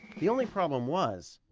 the only problem was,